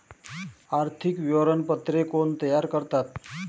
आर्थिक विवरणपत्रे कोण तयार करतात?